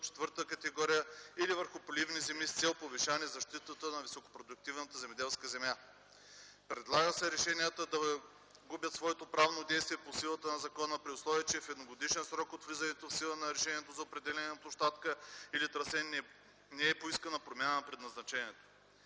четвърта категория, или върху поливни земи с цел повишаване защитата на високопродуктивната земеделска земя. Предлага се решенията да губят своето правно действие по силата на закона при условие, че в едногодишен срок от влизането в сила на решението за определяне на площадка или трасе не е поискана промяна на предназначението.